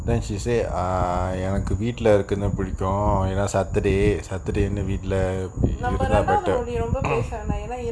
then she say err எனக்கு வீட்ல இருக்கறது புடிக்கும் ஏனா:enaku veetla irukarathu pudikum yena saturday வீட்ல:veetla